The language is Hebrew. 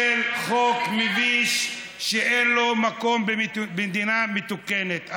חוק מביש שאין לו מקום במדינה מתוקנת.